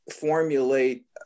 formulate